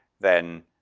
then